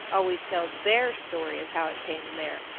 always tell their story of how it came there.